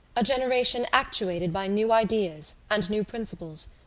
a generation actuated by new ideas and new principles.